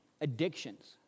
addictions